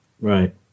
right